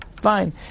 Fine